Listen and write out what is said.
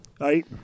Right